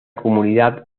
comunidad